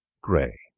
Gray